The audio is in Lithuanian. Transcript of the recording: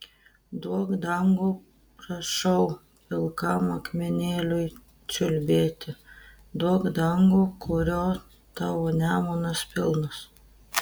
duok dangų prašau pilkam akmenėliui čiulbėti duok dangų kurio tavo nemunas pilnas